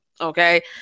Okay